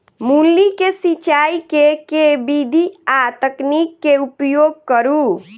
मूली केँ सिचाई केँ के विधि आ तकनीक केँ उपयोग करू?